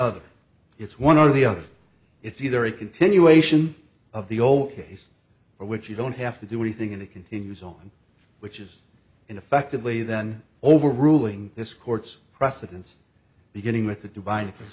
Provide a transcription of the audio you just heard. other it's one or the other it's either a continuation of the old case for which you don't have to do anything and it continues on which is in effect and lay then over ruling this court's precedents beginning with the divine